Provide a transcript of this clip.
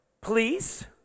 Please